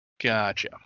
Gotcha